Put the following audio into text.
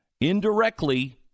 indirectly